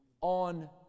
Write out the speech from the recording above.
on